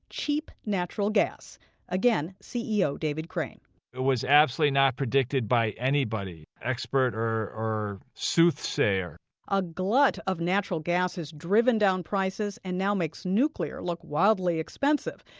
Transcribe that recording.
cheap natural gas again, ceo david crane it was absolutely not predicted by anybody, expert or or soothsayer a glut of natural gas has driven down prices and now makes nuclear look wildly expensive.